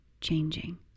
changing